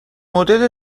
مدل